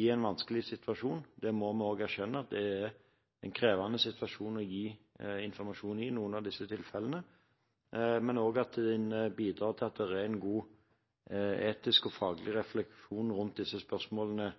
i en vanskelig situasjon. Vi må også erkjenne at det er en krevende situasjon å gi informasjon i noen av disse tilfellene, men en må også bidra til at det er en god etisk og faglig refleksjon rundt disse spørsmålene